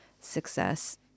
success